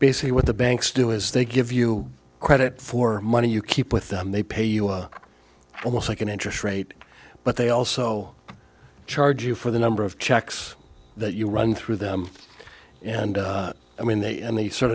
basically what the banks do is they give you credit for money you keep with them they pay you well almost like an interest rate but they also charge you for the number of checks that you run through them and i mean they and they sort